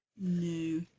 No